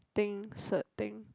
thing cert thing